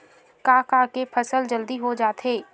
का का के फसल जल्दी हो जाथे?